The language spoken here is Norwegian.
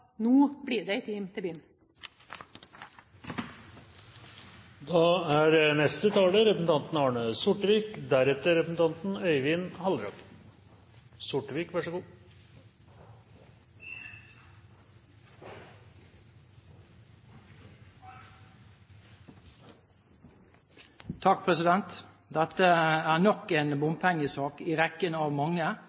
Nå blir det «ei tim’ te’ by’n»! Dette er nok en bompengesak i rekken av mange.